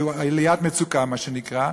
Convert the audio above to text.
עליית מצוקה מה שנקרא,